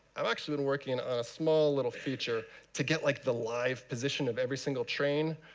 i've actually been working on a small little feature to get like the live position of every single train.